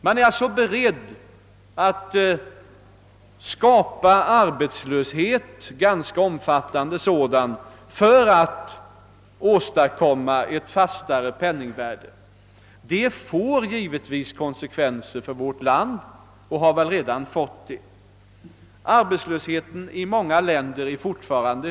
Man är alltså redo att skapa arbetslöshet — ganska omfattande sådan — för att åstadkomma ett fastare penningvärde. Detta får givetvis konsekvenser för vårt land — och har redan fått det. Arbetslösheten är fortfarande omfattande i många länder.